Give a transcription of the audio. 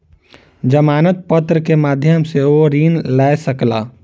जमानत पत्र के माध्यम सॅ ओ ऋण लय सकला